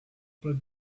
but